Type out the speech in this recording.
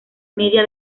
media